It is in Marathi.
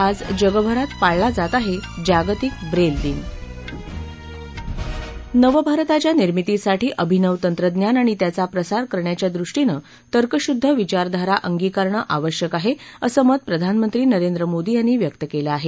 आज जगभरात पाळला जात आहे जागतिक ब्रेल दिन नवभारताच्या निर्मितीसाठी अभिनव तंत्रज्ञान आणि त्याचा प्रसार करण्याच्या दृष्टीने तर्कशुद्ध विचारधारा अंगीकारणं आवश्यक आहे असं मत प्रधानमंत्री नरेंद्र मोदी यांनी व्यक्त केलं आहे